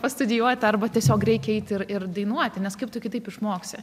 pastudijuot arba tiesiog reikia eiti ir ir dainuoti nes kaip tu kitaip išmoksi